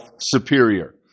superior